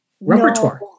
repertoire